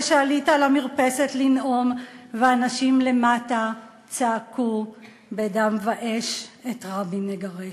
שעלית על המרפסת לנאום ואנשים למטה צעקו "בדם ואש את רבין נגרש".